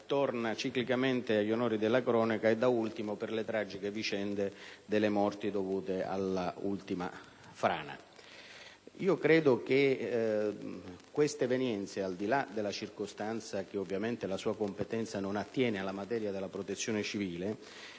torna ciclicamente agli onori della cronaca, anche recentemente per le tragiche vicende delle morti dovute all'ultima frana. Credo che queste evenienze, al di là della circostanza che ovviamente la competenza del ministro Matteoli non attiene alla materia della Protezione civile,